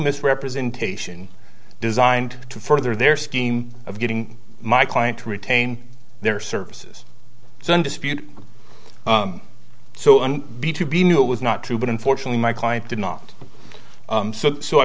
misrepresentation designed to further their scheme of getting my client to retain their services so in dispute so a b to b knew it was not true but unfortunately my client did not so i